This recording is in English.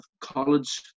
college